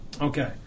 Okay